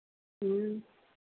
ह्म्म